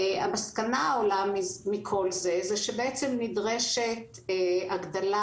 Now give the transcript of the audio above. המסקנה העולה מכל זה היא שנדרשת הגדלה